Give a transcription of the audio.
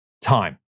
time